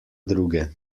druge